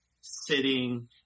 sitting